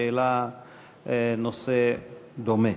שהעלה נושא דומה.